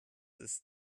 ist